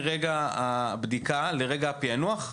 מרגע הבדיקה לרגע הפענוח?